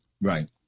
Right